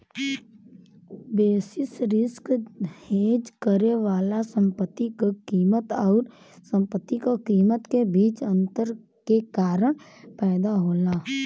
basis risk hedge करे वाला संपत्ति क कीमत आउर संपत्ति क कीमत के बीच अंतर के कारण पैदा होला